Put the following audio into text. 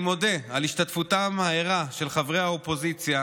אני מודה על השתתפותם הערה של חברי האופוזיציה